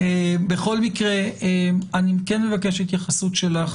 בכל מקרה אני כן מבקש התייחסות שלך